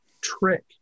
trick